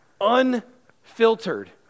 unfiltered